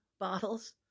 Bottles